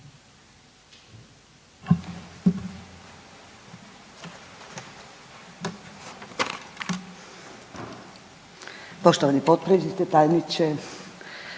Poštovani potpredsjedniče, tajniče,